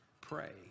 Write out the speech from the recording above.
pray